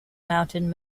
mountain